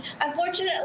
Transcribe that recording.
unfortunately